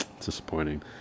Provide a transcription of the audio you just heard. disappointing